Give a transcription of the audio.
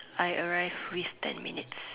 I arrived with ten minutes